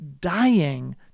dying